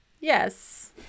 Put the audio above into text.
Yes